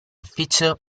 feature